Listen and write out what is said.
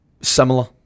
similar